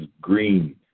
green